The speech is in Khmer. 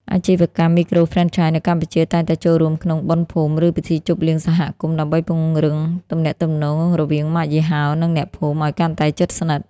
អាជីវកម្មមីក្រូហ្វ្រេនឆាយនៅកម្ពុជាតែងតែចូលរួមក្នុង "បុណ្យភូមិ ឬពិធីជប់លៀងសហគមន៍" ដើម្បីពង្រឹងទំនាក់ទំនងរវាងម៉ាកយីហោ និងអ្នកភូមិឱ្យកាន់តែជិតស្និទ្ធ។